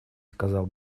сказал